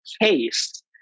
case